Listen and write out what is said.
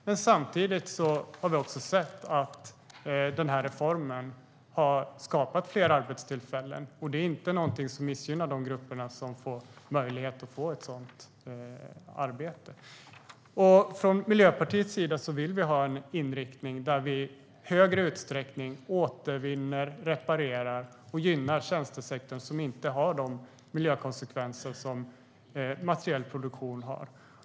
Men samtidigt har vi sett att reformen har skapat fler arbetstillfällen, och det är inte någonting som missgynnar de grupper som får möjlighet att få ett sådant arbete.Från Miljöpartiets sida vill vi ha en inriktning där vi i högre utsträckning återvinner, reparerar och gynnar tjänstesektorn, som inte har de miljökonsekvenser som materiell produktion har.